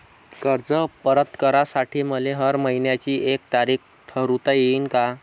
कर्ज परत करासाठी मले हर मइन्याची एक तारीख ठरुता येईन का?